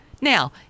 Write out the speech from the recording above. Now